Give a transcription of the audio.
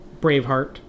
Braveheart